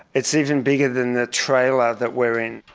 it's even bigger than the trailer that we are in.